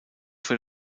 für